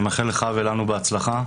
אני מאחל לך ולנו בהצלחה.